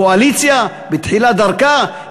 קואליציה בתחילת דרכה,